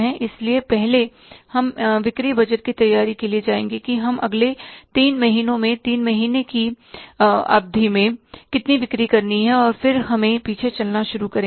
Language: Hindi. इसलिए पहले हम बिक्री बजट की तैयारी के लिए जाएंगे कि हमें अगले तीन महीनों में तीन महीने की अवधि में कितनी बिक्री करनी है और फिर हम पीछे चलना शुरू करेंगे